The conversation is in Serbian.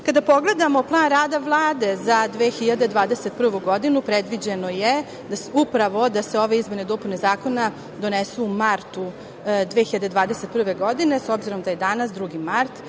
pogledamo plan rada Vlade za 2021. godinu predviđeno je da se ove izmene i dopune zakona donesu u martu 2021. godine, s obzirom da je danas drugi mart,